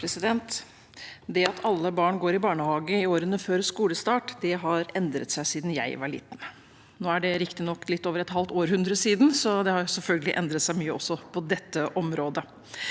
Det at alle barn går i barnehage i årene før skolestart, har endret seg siden jeg var liten. Nå er det riktignok litt over et halvt århundre siden, så det har selvfølgelig endret seg mye også på dette området.